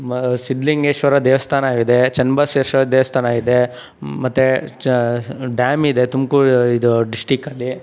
ಸಿದ್ಧಲಿಂಗೇಶ್ವರ ದೇವಸ್ಥಾನವಿದೆ ಚನ್ನಬಸ್ವೇಶ್ವರ ದೇವಸ್ಥಾನ ಇದೆ ಮತ್ತೆ ಚ್ ಡ್ಯಾಮಿದೆ ತುಮಕೂ ಇದು ಡಿಸ್ಟಿಕಲ್ಲಿ